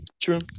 True